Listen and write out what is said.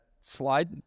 slide